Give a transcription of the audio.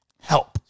help